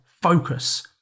focus